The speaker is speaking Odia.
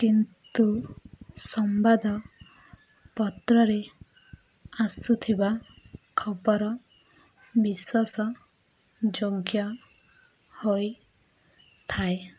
କିନ୍ତୁ ସମ୍ବାଦ ପତ୍ରରେ ଆସୁଥିବା ଖବର ବିଶ୍ୱାସ ଯୋଗ୍ୟ ହୋଇଥାଏ